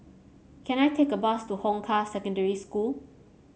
can I take a bus to Hong Kah Secondary School